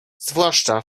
zwłaszcza